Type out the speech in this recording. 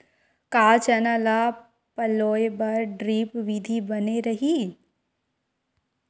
का चना ल पलोय बर ड्रिप विधी बने रही?